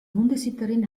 hundesitterin